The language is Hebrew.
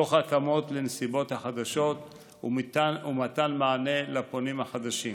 תוך התאמות לנסיבות החדשות ומתן מענה לפונים החדשים.